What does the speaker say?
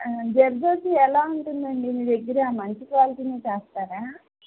జర్దోసి ఎలా ఉంటుందండి మీ దగ్గర మంచి క్వాలిటీనే చేస్తారా